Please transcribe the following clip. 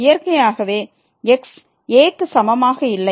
இயற்கையாகவே x a க்கு சமமாக இல்லை